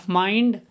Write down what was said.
mind